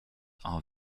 are